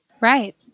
right